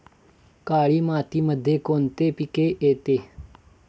काळी मातीमध्ये कोणते पिके येते?